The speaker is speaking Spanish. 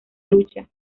lucha